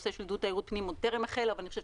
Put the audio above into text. הנושא של עידוד תיירות פנים עוד טרם החל ואני חושבת